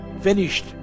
finished